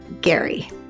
Gary